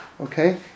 Okay